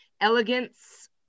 Elegance